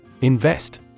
Invest